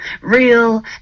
real